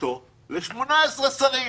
ל-18 שרים.